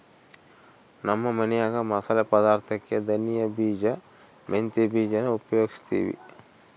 ನಮ್ಮ ಮನ್ಯಾಗ ಮಸಾಲೆ ಪದಾರ್ಥುಕ್ಕೆ ಧನಿಯ ಬೀಜ, ಮೆಂತ್ಯ ಬೀಜಾನ ಉಪಯೋಗಿಸ್ತೀವಿ